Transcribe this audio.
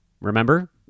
Remember